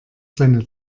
seine